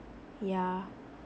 yeah